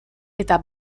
eta